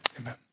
amen